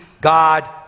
God